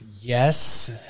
Yes